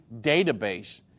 database